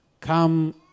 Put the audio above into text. come